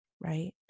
right